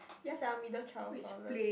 yes sia middle child's problems